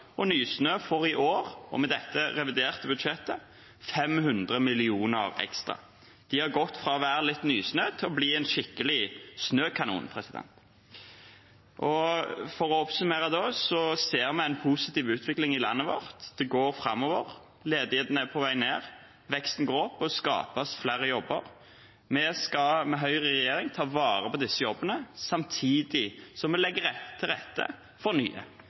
og Nysnø får i år, med dette reviderte budsjettet, 500 mill. kr ekstra. De har gått fra å være litt nysnø til å være en skikkelig snøkanon. For å oppsummere: Vi ser en positiv utvikling i landet vårt, det går framover. Ledigheten er på vei ned, veksten går opp, og det skapes flere jobber. Vi skal, med Høyre i regjering, ta vare på disse jobbene, samtidig som vi legger til rette for nye.